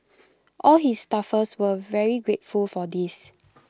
all his staffers were very grateful for this